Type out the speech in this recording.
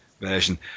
version